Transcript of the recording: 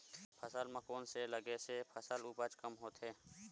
फसल म कोन से लगे से फसल उपज कम होथे?